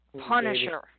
Punisher